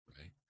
right